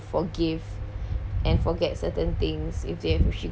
forgive and forget certain things if they're wishing